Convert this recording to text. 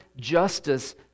justice